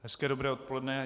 Hezké dobré odpoledne.